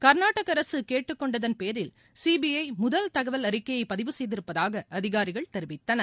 கர்நாடக அரசு கேட்டுக்கொண்டதன்பேரில் சிபிஐ முதல் தகவல் அறிக்கையை பதிவு செய்திருப்பதாக அதிகாரிகள் தெரிவித்தனர்